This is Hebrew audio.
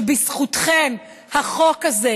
שבזכותכן החוק הזה,